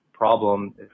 problem